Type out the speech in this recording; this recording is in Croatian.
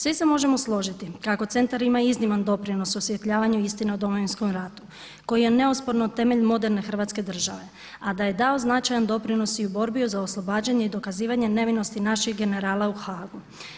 Svi se možemo složiti kako centar ima izniman doprinos osvjetljavanju istine o Domovinskom ratu, koji je neosporno temelj moderne Hrvatske države, a da je dao značajan doprinos i u borbi za oslobađanje i dokazivanje nevinosti naših generala u Haagu.